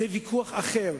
זה ויכוח אחר,